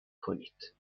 کنید